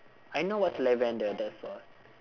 I know what's lavender that's all